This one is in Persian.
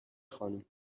خانم